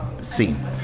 seen